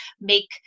make